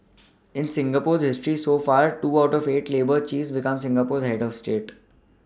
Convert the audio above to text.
in Singapore's history so far two out of eight labour chiefs became Singapore's head of state